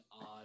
odd